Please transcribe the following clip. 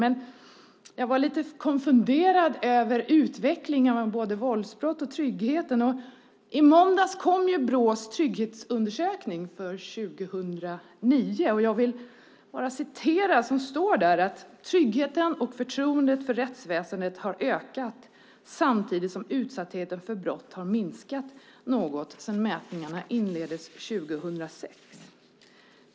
Men jag var lite konfunderad över vad hon sade om utvecklingen av våldsbrott och trygghet. I måndags kom Brås trygghetsundersökning för 2009. Där framgår att tryggheten och förtroendet för rättsväsendet har ökat samtidigt som utsattheten för brott har minskat något sedan mätningarna inleddes 2006.